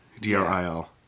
D-R-I-L